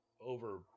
over